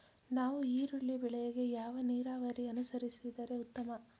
ನಾವು ಈರುಳ್ಳಿ ಬೆಳೆಗೆ ಯಾವ ನೀರಾವರಿ ಅನುಸರಿಸಿದರೆ ಉತ್ತಮ?